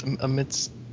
amidst